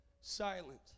silent